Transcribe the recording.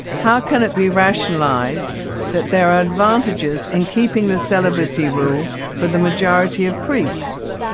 how can it be rationalised that there are advantages in keeping the celibacy rule for the majority of priests?